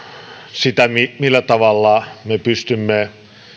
sitä millä tavalla me pystymme